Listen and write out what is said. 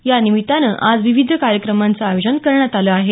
या निमित्तानं आज विविध कार्यक्रमांचं आयोजन करण्यात आलं आहे